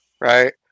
right